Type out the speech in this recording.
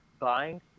buying